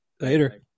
Later